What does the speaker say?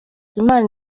imana